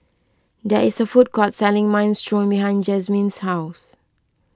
there is a food court selling Minestrone behind Jazmine's house